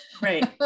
right